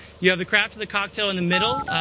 you have the craft of the cocktail in the middle,